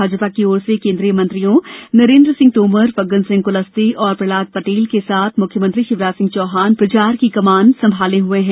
भाजपा की ओर से कोन्द्रीय मंत्रियों नरेंद्र सिंह तोमर फग्गन सिंह कुलस्ते और प्रहलाद पटेल के साथ मुख्यमंत्री शिवराज सिंह चौहान प्रचार की कमान संभाले हुए हैं